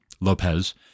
Lopez